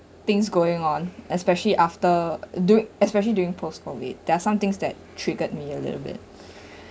things going on especially after duri~~ especially during post COVID there are some things that triggered me a little bit